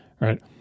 right